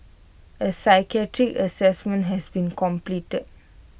A psychiatric Assessment has been completed